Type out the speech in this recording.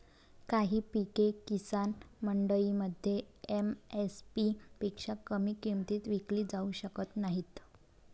काही पिके किसान मंडईमध्ये एम.एस.पी पेक्षा कमी किमतीत विकली जाऊ शकत नाहीत